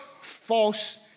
false